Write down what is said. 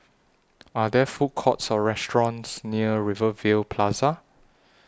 Are There Food Courts Or restaurants near Rivervale Plaza